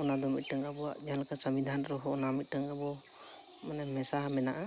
ᱚᱱᱟ ᱫᱚ ᱢᱤᱫᱴᱟᱝ ᱟᱵᱚᱣᱟᱜ ᱡᱟᱦᱟᱸ ᱞᱮᱠᱟ ᱥᱚᱝᱵᱤᱫᱷᱟᱱ ᱨᱮᱦᱚᱸ ᱚᱱᱟ ᱢᱤᱫᱴᱟᱱ ᱟᱵᱚᱣᱟᱜ ᱢᱟᱱᱮ ᱢᱮᱥᱟ ᱢᱮᱱᱟᱜᱼᱟ